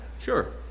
sure